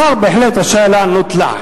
השר בהחלט רשאי לענות לה.